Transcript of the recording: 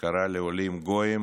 שקרא לעולים גויים